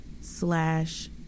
slash